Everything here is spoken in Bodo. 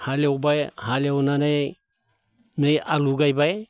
हालेवबाय हालेवनानै नै आलु गायबाय